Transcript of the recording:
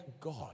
god